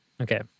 okay